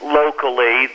locally